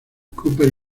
cooper